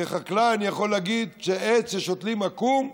כחקלאי אני יכול להגיד שעץ ששותלים עקום,